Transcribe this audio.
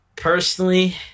Personally